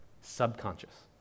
subconscious